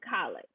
college